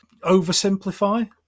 oversimplify